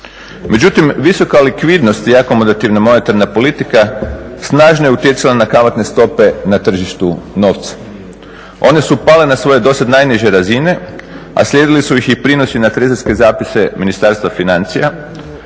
Međutim visoka likvidnost i akomodativna monetarna politika snažno je utjecala na kamatne stope na tržištu novca. One su pale na svoje do sada najniže razine, a slijedili su ih i prinosi na trezorske zapise Ministarstva financija